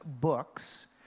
books